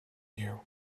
you